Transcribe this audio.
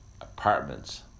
apartments